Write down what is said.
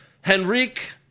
Henrik